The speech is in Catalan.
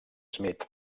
smith